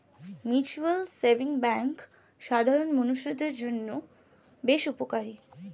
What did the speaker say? mutual savings bank সাধারণ মানুষদের জন্য বেশ উপকারী